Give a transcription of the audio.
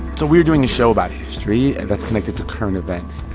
so we were doing a show about history that's connected to current events.